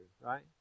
right